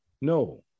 No